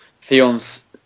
Theon's